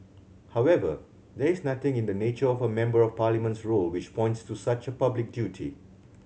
however there is nothing in the nature of a Member of Parliament's role which points to such a public duty